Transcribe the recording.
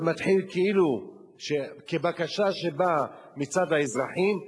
זה מתחיל כאילו כבקשה שבאה מצד האזרחים,